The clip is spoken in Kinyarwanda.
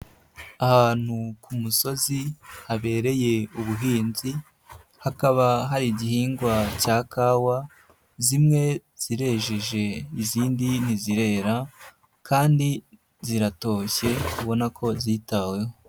Ahantu ku musozi habereye ubuhinzi, hakaba hari igihingwa cya kawa, zimwe zirejeje, izindi ntizirera kandi ziratoshye ubona ko zitaweho.